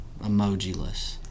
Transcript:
Emojiless